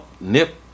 Nip